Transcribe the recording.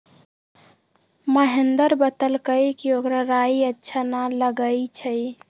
महेंदर बतलकई कि ओकरा राइ अच्छा न लगई छई